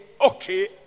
okay